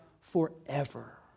forever